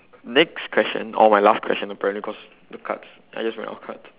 next question or my last question apparently cause the cards I just ran out of cards